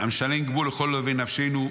המשלם גמול לכל אויבי נפשנו,